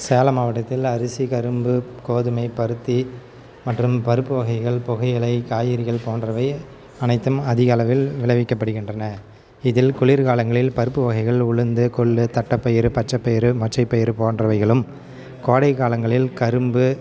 சேலம் மாவட்டத்தில் அரிசி கரும்பு கோதுமை பருத்தி மற்றும் பருப்பு வகைகள் புகையிலை காய்கறிகள் போன்றவை அனைத்தும் அதிகளவில் விளைவிக்கப்படுகின்றன இதில் குளிர் காலங்களில் பருப்பு வகைகள் உளுந்து கொள்ளு தட்டைப்பயிறு பச்சைப்பயிறு மொச்சைப்பயிறு போன்றவைகளும் கோடை காலங்களில் கரும்பு